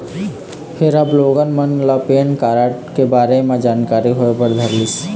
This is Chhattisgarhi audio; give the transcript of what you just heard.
फेर अब लोगन मन ल पेन कारड के बारे म जानकारी होय बर धरलिस